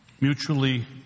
Mutually